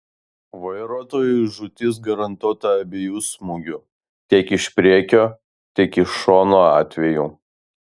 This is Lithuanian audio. vairuotojui žūtis garantuota abiejų smūgių tiek iš priekio tiek iš šono atveju